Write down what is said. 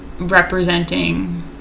representing